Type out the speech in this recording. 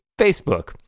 Facebook